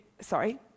Sorry